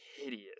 hideous